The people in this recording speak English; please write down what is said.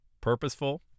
purposeful